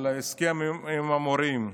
על ההסכם עם המורים.